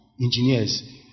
engineers